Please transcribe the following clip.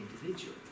individual